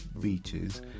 beaches